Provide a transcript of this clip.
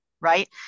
right